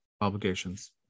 obligations